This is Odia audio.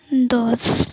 ଦଶ